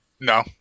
no